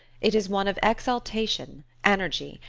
it is one of exaltation, energy,